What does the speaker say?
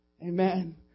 Amen